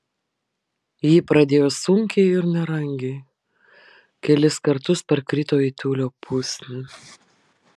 ji pradėjo sunkiai ir nerangiai kelis kartus parkrito į tiulio pusnį